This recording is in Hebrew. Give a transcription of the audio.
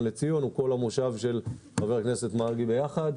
לציון הוא כל המושב של חבר הכנסת מרגי ביחד.